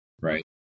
Right